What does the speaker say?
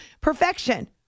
perfection